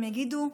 הם יגידו: